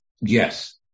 Yes